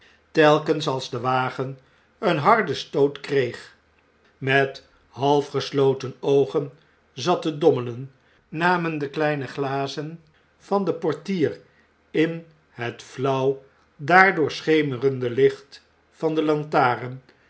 telkens als de wagen een harden stoot kreeg met half gesloten oogen zat te dommelen namen de kleine glazen van het portier in het flauw daardoor schemerend licht van de lantaren